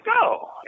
go